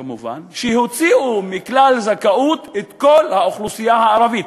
שיוציאו מכלל הזכאות את כל האוכלוסייה הערבית.